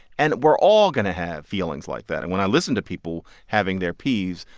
and we're all going to have feelings like that. and when i listen to people having their peeves,